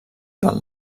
del